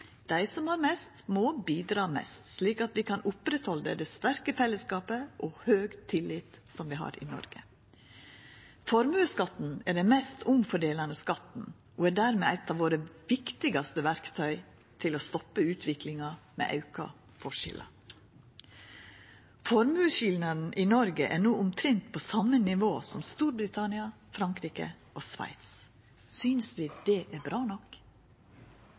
dei som har mest, må bidra mest slik at vi kan oppretthalda det sterke fellesskapet og den høge tilliten vi har i Noreg. Formuesskatten er den mest omfordelande skatten og er dermed eit av våre viktigaste verktøy for å stoppa utviklinga med auka forskjellar. Formuesskilnaden i Noreg er no omtrent på same nivå som i Storbritannia, Frankrike og Sveits. Synest vi det er bra nok?